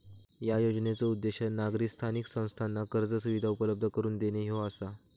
या योजनेचो उद्देश नागरी स्थानिक संस्थांना कर्ज सुविधा उपलब्ध करून देणे ह्यो आसा